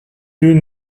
deux